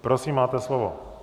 Prosím, máte slovo.